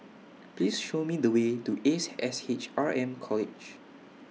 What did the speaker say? Please Show Me The Way to Ace S H R M College